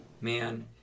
man